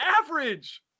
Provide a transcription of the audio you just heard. average